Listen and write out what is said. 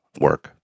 work